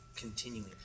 continuing